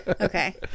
Okay